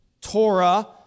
Torah